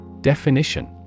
Definition